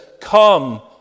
come